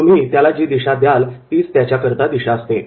तुम्ही त्याला जी दिशा द्याल तीच त्याच्याकरिता दिशा असेल